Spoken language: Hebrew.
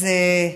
אז ראשית,